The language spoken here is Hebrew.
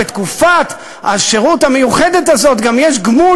בתקופת השירות המיוחדת הזאת יש גם גמול,